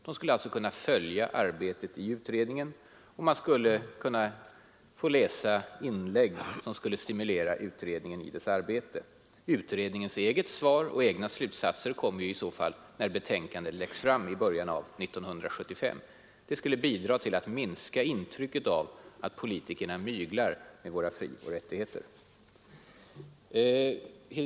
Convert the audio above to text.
De skulle kunna följa arbetet i utredningen och i tidningarna göra inlägg, som kunde stimulera utredningen i dess arbete. Utredningens eget svar och egna slutsatser kommer ju när betänkandet läggs fram i början av 1975. Det skulle bidra till att minska intrycket av att politikerna ”myglar” med våra frioch rättigheter. 2.